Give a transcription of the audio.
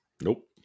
nope